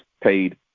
paid